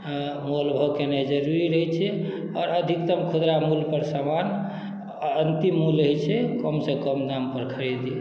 मोलभाव केनाय जरूरी रहै छै और अधिकतम खुदरा मूल्य पर समान अंतिम मूल्य रहै छै कम से कम दाम पर खरीदी